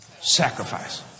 Sacrifice